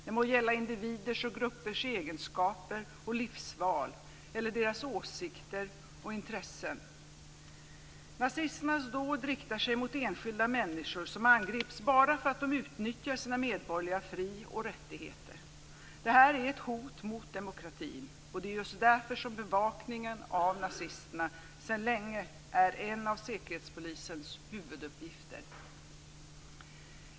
Det må gälla individers och gruppers egenskaper och livsval eller deras åsikter och intressen. Nazisternas dåd riktar sig mot enskilda människor som angrips bara för att de utnyttjar sina medborgerliga fri och rättigheter. Det här är ett hot mot demokratin. Det är just därför som bevakningen av nazisterna sedan länge är en av Säkerhetspolisens huvuduppgifter.